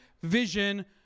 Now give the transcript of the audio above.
vision